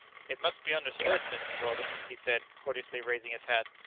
it must be understood, mrs. weldon, he said, courteously raising his hat,